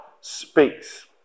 speaks